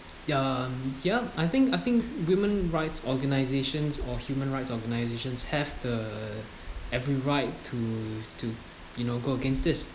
yeah yeah I think I think women rights organisations or human rights organisations have the every right to to you know go against this